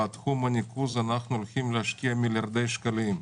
בתחום הניקוז אנחנו הולכים להשקיע מיליארדי שקלים.